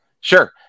sure